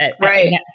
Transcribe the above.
right